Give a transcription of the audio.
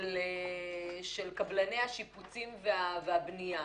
של קבלני השיפוצים והבנייה.